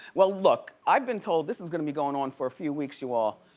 well, look, i've been told this is gonna be goin' on for a few weeks, you all.